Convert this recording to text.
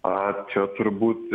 a čia turbūt